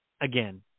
again